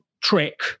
trick